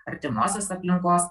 artimosios aplinkos